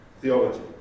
theology